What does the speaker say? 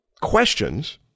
questions